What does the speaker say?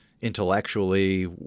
intellectually